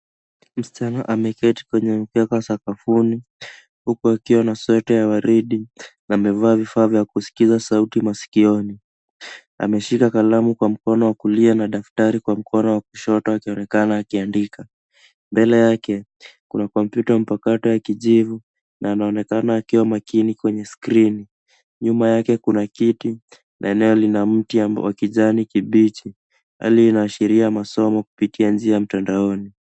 Msichana ameketi kwenye mkeka sakafuni huku akiwa na sweta ya waridi na amevaa vifaa vya kusikiza sauti masikioni. Ameshika kalamu kwa mkono wa kulia na daftari kwa mkono wa kushoto akionekana akiandika. Mbele yake, kuna kompyuta mpakato ya kijivu na anaonekana akiwa makini kwenye skrini. Nyuma yake kuna kiti na eneo lina mti wa kijani kibichi. Hali hii inaashiria masomo kupitia mtandaoni.